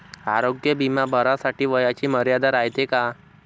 आरोग्य बिमा भरासाठी वयाची मर्यादा रायते काय?